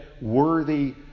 worthy